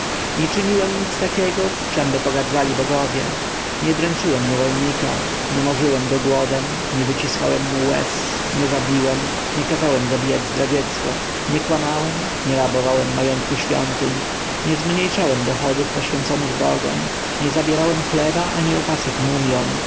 nie czyniłem nic takiego czemby pogardzali bogowie nie dręczyłem niewolnika nie morzyłem go głodem nie wyciskałem mu łez nie zabiłem nie kazałem zabijać zdradziecko nie kłamałem nie rabowałem majątku świątyń nie zmniejszałem dochodów poświęconych bogom nie zabierałem chleba ani opasek mumjom